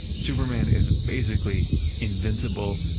superman is basically invincible,